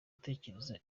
utekereza